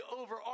over